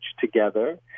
together